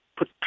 put